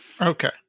Okay